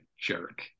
jerk